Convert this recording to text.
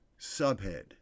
Subhead